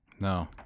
No